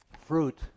fruit